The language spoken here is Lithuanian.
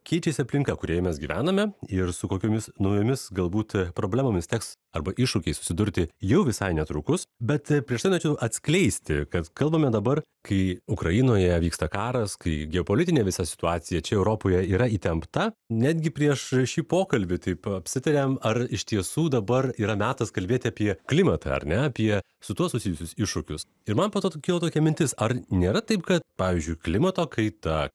keičiasi aplinka kurioje mes gyvename ir su kokiomis naujomis galbūt problemomis teks arba iššūkiais susidurti jau visai netrukus bet prieš tai norėčiau atskleisti kad kalbame dabar kai ukrainoje vyksta karas kai geopolitinė visa situacija čia europoje yra įtempta netgi prieš šį pokalbį taip apsitarėm ar iš tiesų dabar yra metas kalbėti apie klimatą ar ne apie su tuo susijusius iššūkius ir man po to kilo tokia mintis ar nėra taip kad pavyzdžiui klimato kaita